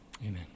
Amen